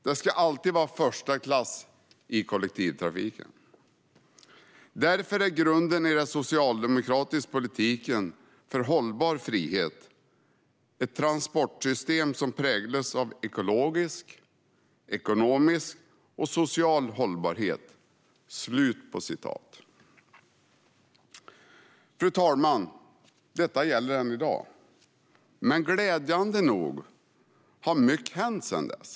Det ska alltid vara första klass i kollektivtrafiken. - Därför är grunden i den socialdemokratiska politiken för hållbar frihet ett transportsystem som präglas av ekologisk, ekonomisk och social hållbarhet." Fru talman! Detta gäller än i dag, men glädjande nog har mycket hänt sedan dess.